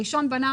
הראשון בנה,